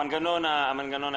המנגנון העירוני.